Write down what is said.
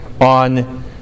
on